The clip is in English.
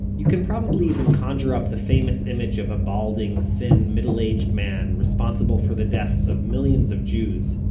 you can probably even conjure up the famous image of a balding, thin middle-aged man, responsible for the deaths of millions of jews,